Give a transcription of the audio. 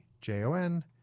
J-O-N